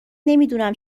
نمیدونم